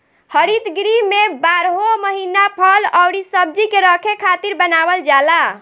हरित गृह में बारहो महिना फल अउरी सब्जी के रखे खातिर बनावल जाला